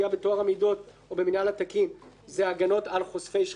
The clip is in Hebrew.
המידות או במינהל התקין - זה הגנות על חושפי שחיתויות